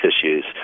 issues